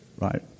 right